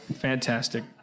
Fantastic